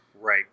Right